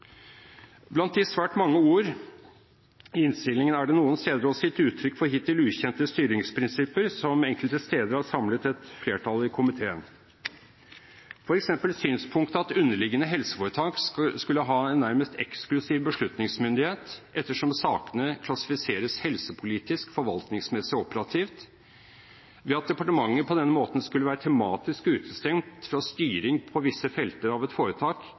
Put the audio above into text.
Blant de svært mange ord i innstillingen er det noen steder også gitt uttrykk for hittil ukjente styringsprinsipper, som enkelte steder har samlet et flertall i komiteen, f.eks. synspunktet at underliggende helseforetak skulle ha en nærmest «eksklusiv beslutningsmyndighet ettersom sakene klassifiseres helsepolitisk, forvaltningsmessig og operativt, ved at departementet skulle være tematisk utestengt fra styring på visse felter av foretak